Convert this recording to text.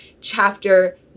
chapter